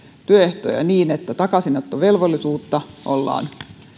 työehtoja niin että takaisinottovelvollisuutta ollaan